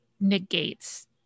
negates